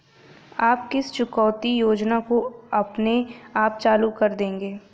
आप किस चुकौती योजना को अपने आप चालू कर देंगे?